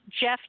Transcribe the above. Jeff